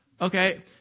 okay